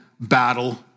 battle